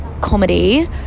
comedy